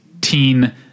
teen